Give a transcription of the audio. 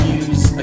use